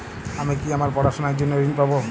আমি কি আমার পড়াশোনার জন্য ঋণ পাব?